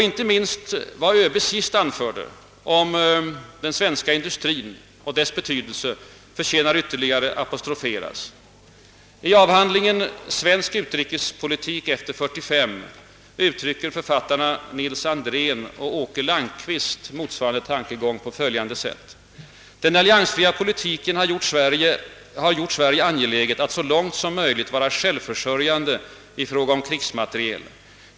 Inte minst vad ÖB sist anförde om den svenska industrins betydelse förtjänar att ytterligare apostroferas, I avhandlingen »Svensk Utrikespolitik efter 1945» uttrycker författarna Nils Andrén och Åke Landqvist motsvarande tankegång på följande sätt: »Den alliansfria politiken har gjort Sverige angeläget att så långt som möjligt vara självförsörjande i fråga om krigsmateriel.